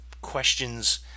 questions